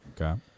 Okay